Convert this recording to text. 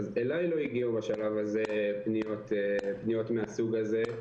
אליי לא הגיעו בשלב הזה פניות מהסוג הזה.